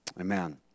Amen